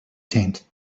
tent